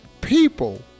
people